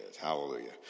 Hallelujah